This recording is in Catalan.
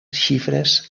xifres